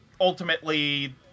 ultimately